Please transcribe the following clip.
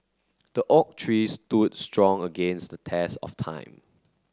the oak tree stood strong against the test of time